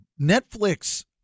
Netflix